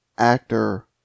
Actor